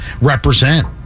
represent